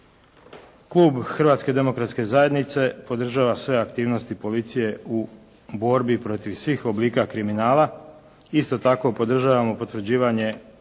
Klub Hrvatske demokratske zajednice podržava sve aktivnosti policije u borbi protiv svih oblika kriminala. Isto tako podržavamo potvrđivanje Sporazuma